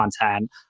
content